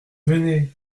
venez